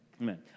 Amen